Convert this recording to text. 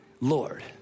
Lord